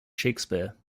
shakespeare